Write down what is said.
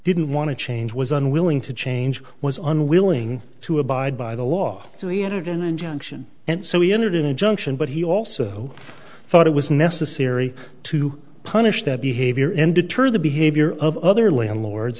didn't want to change was unwilling to change was unwilling to abide by the law so he entered an injunction and so he entered an injunction but he also thought it was necessary to punish that behavior and deter the behavior of other landlords